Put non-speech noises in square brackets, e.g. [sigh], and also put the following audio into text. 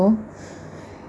so [breath]